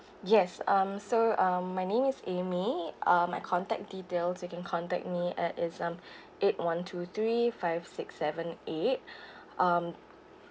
yes um so uh my name is amy uh my contact details you can contact me at it's um eight one two three five six seven eight um